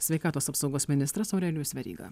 sveikatos apsaugos ministras aurelijus veryga